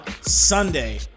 Sunday